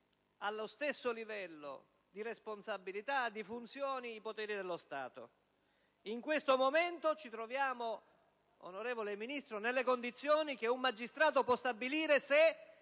allo stesso livello di responsabilità e di funzioni i poteri dello Stato. In questo momento ci troviamo, onorevole Ministro, nelle condizioni che un magistrato può stabilire se